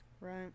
right